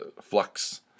Flux